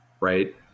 right